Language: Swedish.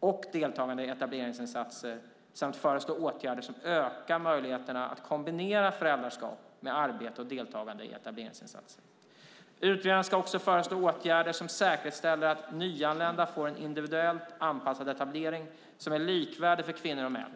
och deltagande i etableringsinsatser samt föreslå åtgärder som ökar möjligheterna att kombinera föräldraskap med arbete och deltagande i etableringsinsatser. Utredaren ska också föreslå åtgärder som säkerställer att nyanlända får en individuellt anpassad etablering som är likvärdig för kvinnor och män.